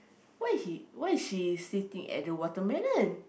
why is he why is she sleeping at the watermelon